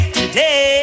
today